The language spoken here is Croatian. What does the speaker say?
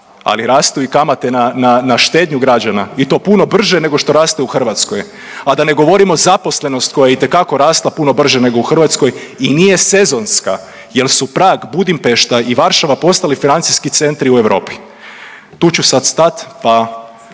ali rastu i kamate na, na, na štednju građana i to puno brže nego što raste u Hrvatskoj, a da ne govorim o zaposlenosti koja je itekako rasla puno brže nego u Hrvatskoj i nije sezonska jel su Prag, Budimpešta i Varšava postali financijski centri u Europi. Tu ću sad stat, pa